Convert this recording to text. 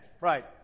Right